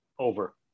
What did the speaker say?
Over